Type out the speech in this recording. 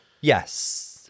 yes